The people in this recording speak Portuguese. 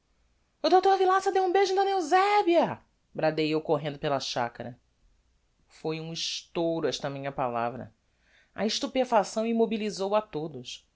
o dr villaça deu um beijo em d eusebia bradei eu correndo pela chacara foi um estouro esta minha palavra a estupefacção immobilisou a todos